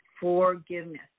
forgiveness